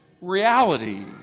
reality